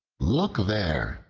look there,